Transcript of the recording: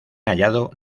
hallado